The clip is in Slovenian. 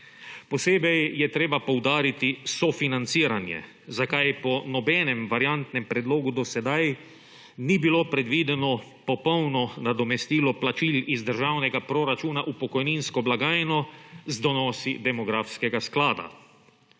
Posebej je treba poudariti sofinanciranje zakaj po nobenem variantnem predlogu do sedaj ni bilo predvideno popolno nadomestilo plačil iz državnega proračuna v pokojninsko blagajno z donosi demografskega sklada.